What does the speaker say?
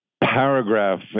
paragraph